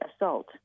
assault